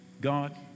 God